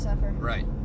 Right